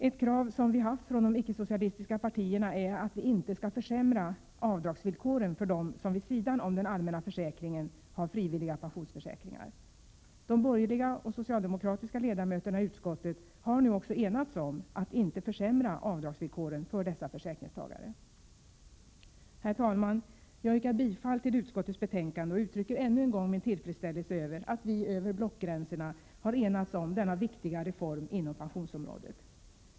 Ett krav som vi har haft från de icke-socialistiska partierna är att avdragsvillkoren för dem som vid sidan om den allmänna försäkringen har frivilliga pensionsförsäkringar inte skall försämras. De borgerliga och socialdemokratiska ledamöterna i utskottet har nu också enats om att inte försämra avdragsvillkoren för dessa försäkringstagare. Herr talman! Jag yrkar bifall till utskottets hemställan och uttrycker ännu en gång min tillfredsställelse över att vi över blockgränserna har enats om denna viktiga reform inom pensionsområdet.